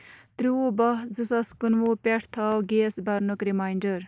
ترٛوُہ بَہہ زٕ ساس کُنہٕ وُہ پٮ۪ٹھ تھاو گیس بَرنُک رِماینٛڈَر